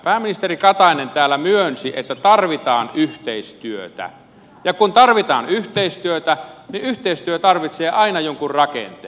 pääministeri katainen täällä myönsi että tarvitaan yhteistyötä ja kun tarvitaan yhteistyötä niin yhteistyö tarvitsee aina jonkun rakenteen